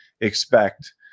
expect